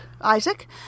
Isaac